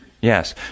Yes